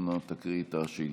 אנא, תקריא השאילתה.